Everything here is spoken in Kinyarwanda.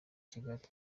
kigali